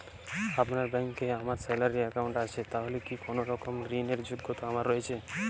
আপনার ব্যাংকে আমার স্যালারি অ্যাকাউন্ট আছে তাহলে কি কোনরকম ঋণ র যোগ্যতা আমার রয়েছে?